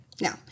now